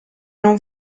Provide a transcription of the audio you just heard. non